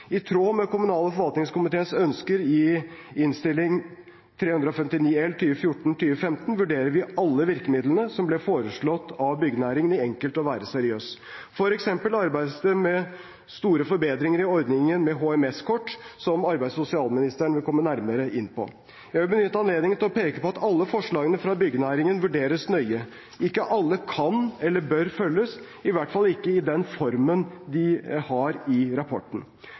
I tråd med kommunal- og forvaltningskomiteens ønsker i Innst. 359 L for 2014–2015 vurderer vi alle virkemidlene som ble foreslått av byggenæringen i Enkelt å være seriøs. For eksempel arbeides det med store forbedringer i ordningen med HMS-kort, som arbeids- og sosialministeren vil komme nærmere inn på. Jeg vil benytte anledningen til å peke på at alle forslagene fra byggenæringen vurderes nøye. Ikke alle kan eller bør følges, i hvert fall ikke i den formen de har i rapporten.